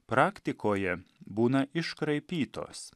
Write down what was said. praktikoje būna iškraipytos